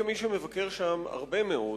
כמי שמבקר שם הרבה מאוד,